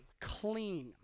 clean